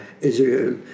Israel